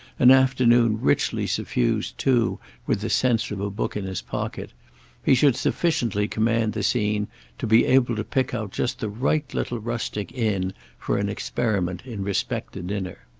an afternoon richly suffused too with the sense of a book in his pocket he should sufficiently command the scene to be able to pick out just the right little rustic inn for an experiment in respect to dinner.